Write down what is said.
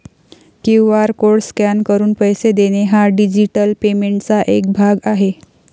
QR code scan करून पैसे देणे हा डिजिटल पेमेंटचा एक भाग आहे